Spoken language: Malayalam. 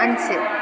അഞ്ച്